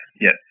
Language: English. yes